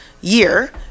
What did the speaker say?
year